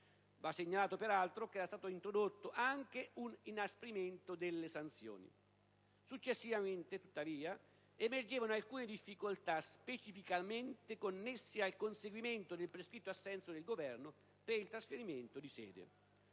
Va segnalato peraltro che era stato introdotto anche un inasprimento delle sanzioni. Successivamente, tuttavia, emergevano alcune difficoltà, specificamente connesse al conseguimento del prescritto assenso del Governo per il trasferimento di sede.